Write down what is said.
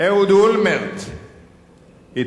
אהוד אולמרט התפטר,